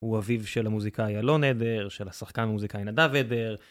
הוא אביו של המוזיקאי אלון עדר, של השחקן המוזיקאי נדב עדר.